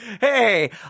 hey